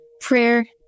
prayer